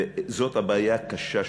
וזאת הבעיה הקשה שלנו,